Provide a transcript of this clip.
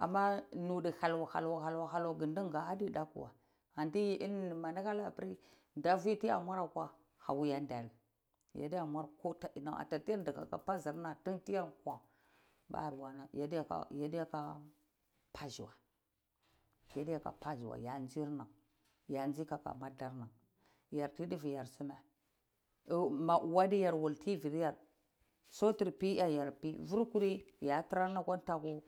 Amma nudu hau halu ku dinka ade dakuw adu yi inini bir da fitiya murka yada murko ka inawa, kaka basorna tuu tiya kwa, yade ka basiwa ya sirnna kaga madirna yarti dva yar sime ba uwuw ade yar wul tv yar sutu biyar yar biyar firkuri yatranna kwa takur